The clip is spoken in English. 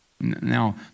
Now